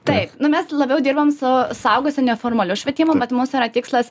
taip nu mes labiau dirbam su suaugusių neformaliu švietimu bet mūsų yra tikslas